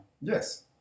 Yes